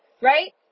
right